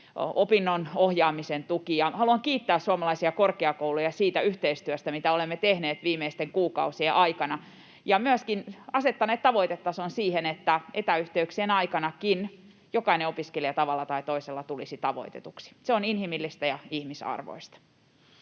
opinnonohjaamisen tuki, ja haluan kiittää suomalaisia korkeakouluja siitä yhteistyöstä, mitä olemme tehneet viimeisten kuukausien aikana, ja olemme myöskin asettaneet tavoitetason siihen, että etäyhteyksien aikanakin jokainen opiskelija tavalla tai toisella tulisi tavoitetuksi. Se on inhimillistä ja ihmisarvoista.